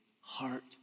heart